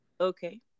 Okay